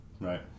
right